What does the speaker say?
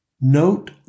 Note